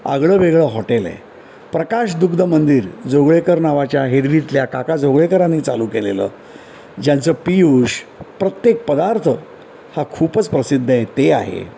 आगळं वेगळं हॉटेल आहे प्रकाश दुग्ध मंदिर जोगळेकर नावाच्या हेदवीतल्या काका जोगळेकरांनी चालू केलेलं ज्यांचं पीयूष प्रत्येक पदार्थ हा खूपच प्रसिद्ध आहे ते आहे